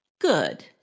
Good